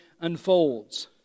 unfolds